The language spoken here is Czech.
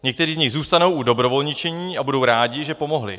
Někteří z nich zůstanou u dobrovolničení a budou rádi, že pomohli.